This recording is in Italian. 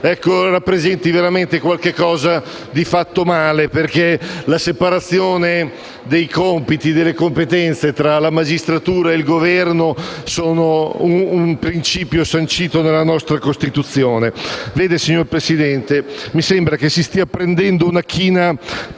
c'è veramente qualcosa di fatto male, perché la separazione dei compiti e delle competenze tra la magistratura e il Governo è un principio sancito dalla nostra Costituzione. Signor Presidente, mi sembra che si stia prendendo una china